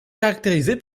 caractérisé